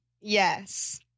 Yes